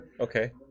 Okay